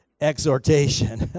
exhortation